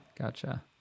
Gotcha